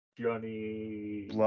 Johnny